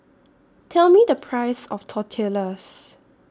Tell Me The Price of Tortillas